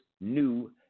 new